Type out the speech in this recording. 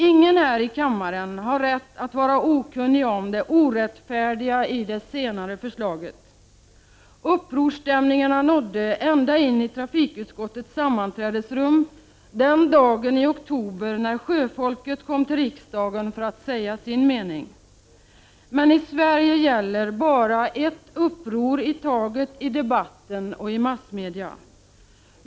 Ingen här i kammaren har rätt att vara okunnig om det orättfärdiga i det senare förslaget. Upprorsstämningarna nådde ända in i trafikutskottets sammanträdesrum den dag i oktober när sjöfolket kom till riksdagen för att säga sin mening. Men i Sverige gäller bara ett uppror i taget i debatten och i massmedia.